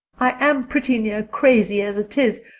i am pretty near crazy as it is,